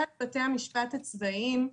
בנוגע לבתי המשפט הצבאיים,